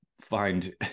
find